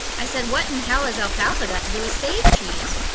i said, what in hell has alfalfa got to do with sage cheese?